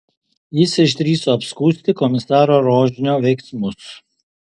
jis išdrįso apskųsti komisaro rožnio veiksmus